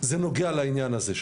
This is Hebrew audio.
זה נוגע לעניין הזה,